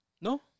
No